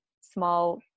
small